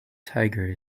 tiger